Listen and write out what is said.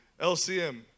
LCM